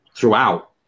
Throughout